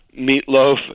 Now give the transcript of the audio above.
Meatloaf